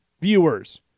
viewers